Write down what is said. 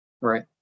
Right